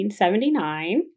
1979